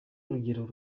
urugero